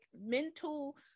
mental